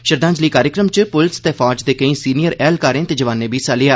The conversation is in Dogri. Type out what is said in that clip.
श्रद्धांजलि कार्यक्रम च पुलस ते फौज दे केई सीनियर ऐह्लकारें ते जवानें बी हिस्सा लैता